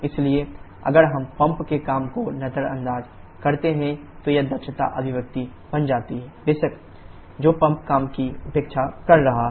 इसलिए अगर हम पंप के काम को नजरअंदाज करते हैं तो यह दक्षता अभिव्यक्ति बन जाती है h1 h2h1 h3 बेशक जो पंप काम की उपेक्षा कर रहा है